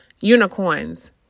unicorns